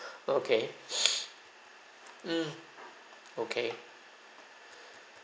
okay mm okay